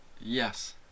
yes